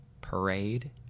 Parade